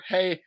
Hey –